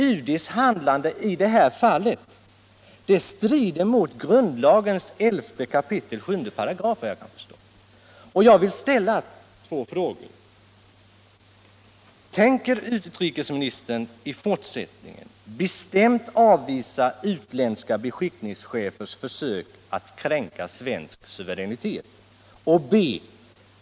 UD:s handlande i det här fallet strider såvitt jag kan förstå mot regeringsformens 11 kap. 75, och jag vill ställa två frågor: 1. Tänker utrikesministern i fortsättningen bestämt avvisa utländska beskickningschefers försök att kränka svensk suveränitet? 2.